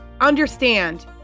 understand